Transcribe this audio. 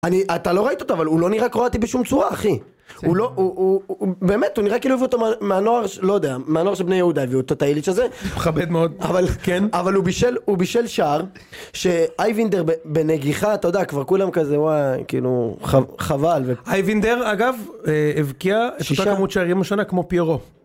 אני, אתה לא רואה איתו, אבל הוא לא נראה קרואטי בשום צורה, אחי. הוא לא... הוא באמת, הוא נראה כאילו הביאו אותו מהנוער של... לא יודע, מהנוער של בני יהודה, והוא את הטייליץ' הזה. מכבד מאוד, כן. אבל הוא בשל שער שאייבנדר בנגיחה, אתה יודע, כבר כולם כזה, וואי, כאילו, חבל. אייבנדר, אגב, הבקיע את אותה כמות שערים השנה כמו פיורו.